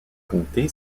comté